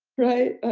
right?